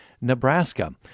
Nebraska